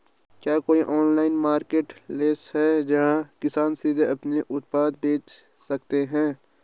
क्या कोई online marketplace है, जहां किसान सीधे अपने उत्पाद बेच सकते हैं?